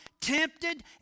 tempted